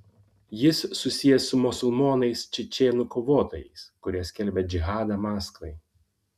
jis susijęs su musulmonais čečėnų kovotojais kurie skelbia džihadą maskvai